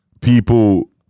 people